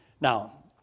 Now